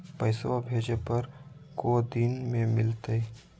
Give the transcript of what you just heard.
पैसवा भेजे पर को दिन मे मिलतय?